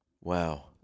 Wow